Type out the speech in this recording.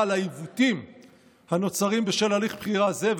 על העיוותים הנוצרים בשל הליך בחירה זה,